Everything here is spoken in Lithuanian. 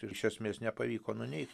iš esmės nepavyko nuneigt